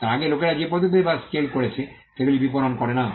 তার আগে লোকেরা যে পদ্ধতিতে বা স্কেল করছে সেগুলি বিপণন করে না